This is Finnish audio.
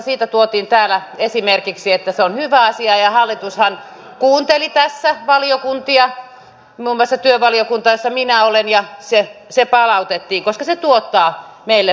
siitä tuotiin täällä esimerkiksi että se on hyvä asia ja hallitushan kuunteli tässä valiokuntia muun muassa työvaliokuntaa jossa minä olen ja se palautettiin koska se tuottaa meille verovaroja